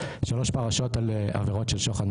שלוש פרשות על עבירות של שוחד,